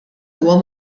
huwa